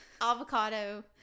avocado